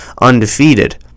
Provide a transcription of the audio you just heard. undefeated